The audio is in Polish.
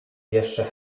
jeszcze